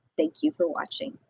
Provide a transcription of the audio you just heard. thank you for watching!